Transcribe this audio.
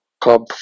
club